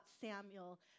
Samuel